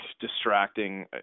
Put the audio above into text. distracting